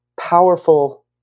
powerful